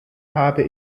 habe